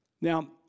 Now